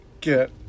get